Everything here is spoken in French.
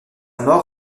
mort